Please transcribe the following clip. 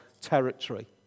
territory